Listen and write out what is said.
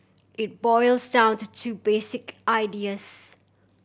it boils down to two basic ideas